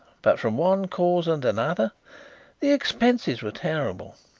but from one cause and another the expenses were terrible.